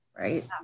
right